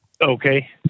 Okay